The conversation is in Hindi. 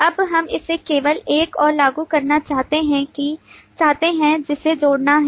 अब हम इसे केवल एक और लागू करना चाहते हैं जिसे छोड़ना है